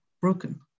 broken